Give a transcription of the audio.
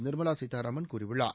நிர்மலா சீதாராமன் கூறியுள்ளார்